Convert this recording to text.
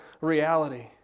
reality